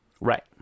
right